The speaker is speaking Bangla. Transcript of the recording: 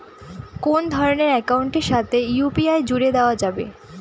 কোন ধরণের অ্যাকাউন্টের সাথে ইউ.পি.আই জুড়ে দেওয়া যাবে?